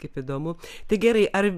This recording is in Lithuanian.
kaip įdomu tai gerai ar